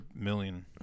million